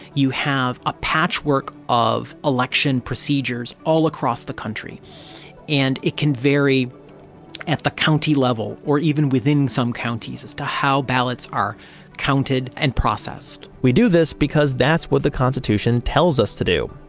you have a patchwork of election procedures all across the country and it can vary at the county level or even within some counties, as to how ballots are counted and processed we do this because that's what the constitution tells us to do.